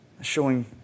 Showing